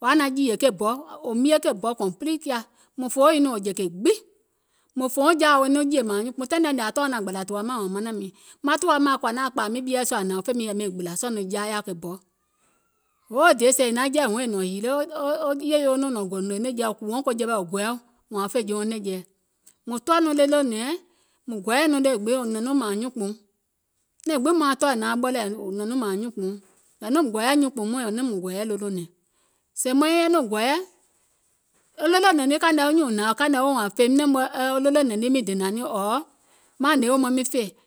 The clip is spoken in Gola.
wò yaȧ naȧŋ jììyè ke bɔ, wò mie ke bɔ complete kiȧ, mùŋ fòoùŋ nɔŋ wò jè kè gbiŋ, mùŋ fòouŋ jaȧ woiŋ nɔŋ jè mȧȧŋ nyuùnkpùuŋ taìŋ nɛɛ̀ nèè mùŋ tɔɔ̀uŋ naȧŋ gbȧlȧ tùwa mȧŋ wȧȧŋ manȧŋ mìŋ, hold day sèè è naŋ jɛi huŋ è nɔ̀ŋ hiile, mùŋ tɔɔ̀ nɔŋ ɗolònɛ̀ɛŋ mùŋ tɔɔ̀iŋ nɔŋ wò nɔ̀ŋ nɔŋ mȧȧŋ nyuùnkpùuŋ, nɛ̀ŋ gbiŋ nauŋ ɓɔlɛ̀ɛ̀ nɔ̀ŋ nɔŋ mȧȧŋ nyuùnkpùuŋ, nȧȧŋ nɔŋ mùŋ gɔɔyɛ̀ nyuùnkpùuŋ mɔɔ̀ŋ yɛ̀ì nɔŋ mùŋ gɔɔyɛ̀ ɗolònɛ̀ŋ,